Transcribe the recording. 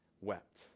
wept